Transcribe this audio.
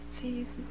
jesus